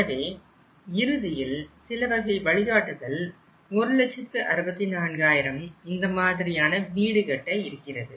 எனவே இறுதியில் சிலவகை வழிகாட்டுதல் ஒரு லட்சத்து 64000 இந்த மாதிரியான வீடுகட்ட இருக்கிறது